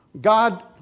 God